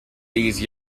these